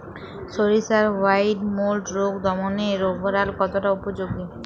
সরিষার white mould রোগ দমনে রোভরাল কতটা উপযোগী?